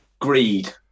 greed